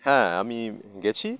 হ্যাঁ আমি গেছি